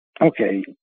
Okay